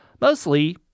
mostly